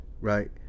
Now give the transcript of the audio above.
right